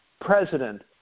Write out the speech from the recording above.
president